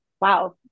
wow